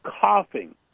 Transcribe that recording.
coughing